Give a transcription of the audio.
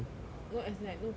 no as in like cause like